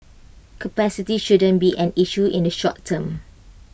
capacity shouldn't be an issue in the short term